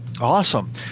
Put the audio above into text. awesome